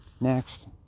next